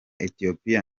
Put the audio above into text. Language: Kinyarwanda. ethiopia